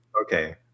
Okay